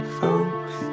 folks